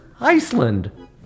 Iceland